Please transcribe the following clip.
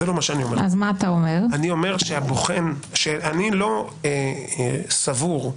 אני אומר, שאני לא סבור,